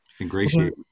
ingratiate